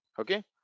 Okay